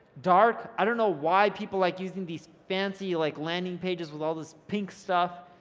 dark, i don't know why people like using these fancy like landing pages with all this pink stuff,